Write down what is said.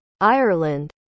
Ireland